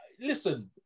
listen